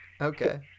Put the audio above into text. Okay